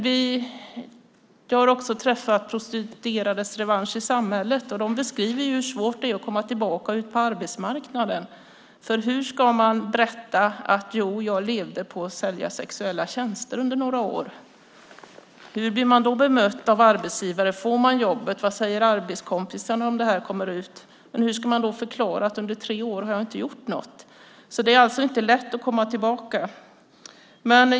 Jag har också träffat Prostituerades Rätt/Revansch I Samhället. De beskriver hur svårt det är att komma tillbaka ut på arbetsmarknaden. För hur ska man berätta att man under några år har levt på att sälja sexuella tjänster? Hur blir man då bemött av arbetsgivare? Får man jobbet? Vad säger arbetskompisarna om detta kommer ut? Men hur ska man då förklara att man under tre år inte har gjort något? Det är alltså inte lätt att komma tillbaka.